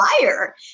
liar